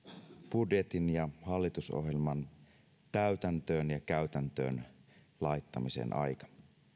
budjetin ja hallitusohjelman täytäntöön ja käytäntöön laittamisen aika